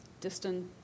distant